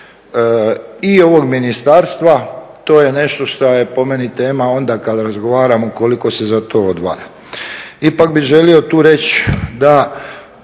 i ovog ministarstva, to je nešto šta je po meni tema onda kada razgovaramo koliko se za to odvaja. Ipak bih želio tu reći da